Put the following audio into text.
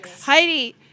Heidi